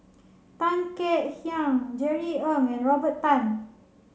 Tan Kek Hiang Jerry Ng and Robert Tan